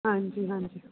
ਹਾਂਜੀ ਹਾਂਜੀ